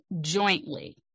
jointly